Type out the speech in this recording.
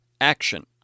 action